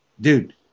dude